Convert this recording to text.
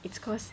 its cause